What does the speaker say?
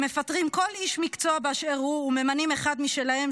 הם מפטרים כל איש מקצוע באשר הוא וממנים אחד משלהם,